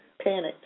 panicked